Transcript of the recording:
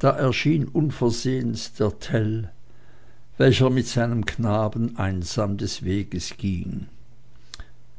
da erschien unversehens der tell welcher mit seinem knaben einsam seines weges ging